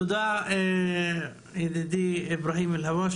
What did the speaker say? תודה רבה,